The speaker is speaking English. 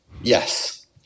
Yes